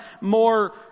more